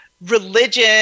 religion